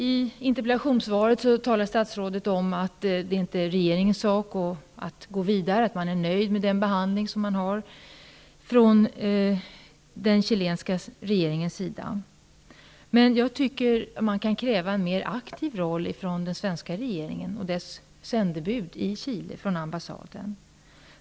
I interpellationssvaret talar statsrådet om att det inte är regeringens sak att gå vidare och att man är nöjd med den chilenska regeringens behandling. Jag tycker att vi kan kräva en mer aktiv roll av den svenska regeringen och dess sändebud i Chile på ambassaden.